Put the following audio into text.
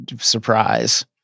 Surprise